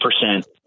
percent